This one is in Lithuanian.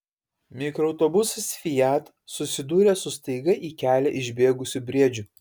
mikroautobusas fiat susidūrė su staiga į kelią išbėgusiu briedžiu